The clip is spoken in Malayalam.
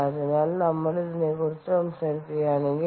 അതിനാൽ നമ്മൾ ഇതിനെക്കുറിച്ച് സംസാരിക്കുകയാണെങ്കിൽ